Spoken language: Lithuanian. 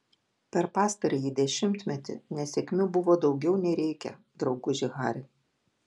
per pastarąjį dešimtmetį nesėkmių buvo daugiau nei reikia drauguži hari